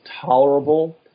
tolerable